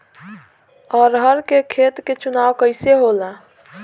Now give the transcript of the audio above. अरहर के खेत के चुनाव कइसे होला?